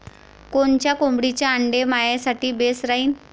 कोनच्या कोंबडीचं आंडे मायासाठी बेस राहीन?